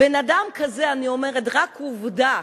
בן-אדם כזה, אני אומרת רק עובדה,